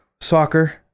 soccer